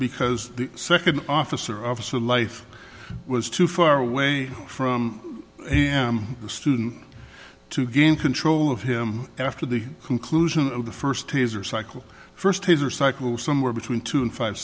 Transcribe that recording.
because the second officer officer life was too far away from the student to gain control of him after the conclusion of the first teaser cycle first his or cycle somewhere between two and five